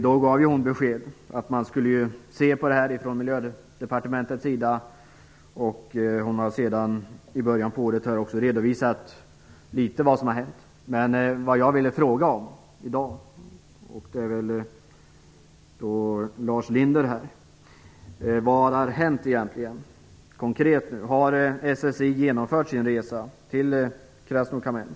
Då gav hon beskedet att man skulle se på detta från Miljödepartementets sida, och hon har i början av året redovisat vad som har hänt. Men jag vill fråga i dag om vad som egentligen hänt konkret. Har SSI genomfört sin resa till Krasnokâmsk?